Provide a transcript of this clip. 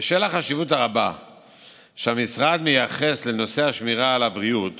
בשל החשיבות הרבה שהמשרד מייחס לנושא השמירה על הבריאות